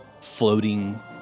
floating